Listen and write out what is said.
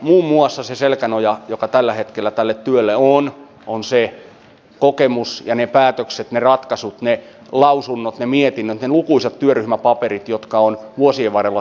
muun muassa se selkänoja joka tällä hetkellä tälle työlle on on se kokemus ja ne päätökset ne ratkaisut ne lausunnot ne mietinnöt ne lukuisat työryhmäpaperit jotka ovat vuosien varrella syntyneet